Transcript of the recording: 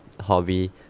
hobby